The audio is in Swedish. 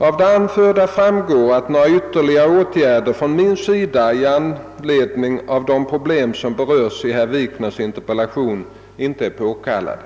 Av det anförda framgår att några ytterligare åtgärder från min sida i anledning av de problem som berörs i herr Wikners interpellation inte är påkallade.